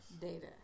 data